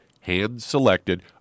hand-selected